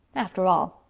after all,